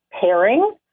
pairing